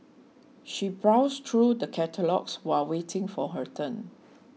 she browsed through the catalogues while waiting for her turn